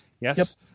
Yes